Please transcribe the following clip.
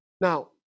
Now